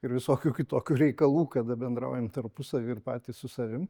ir visokių kitokių reikalų kada bendraujam tarpusavy ir patys su savim